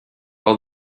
all